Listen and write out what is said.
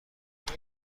شده